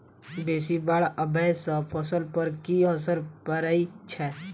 बेसी बाढ़ आबै सँ फसल पर की असर परै छै?